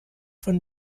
von